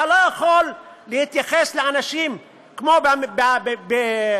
אתה לא יכול להתייחס לאנשים כמו בימי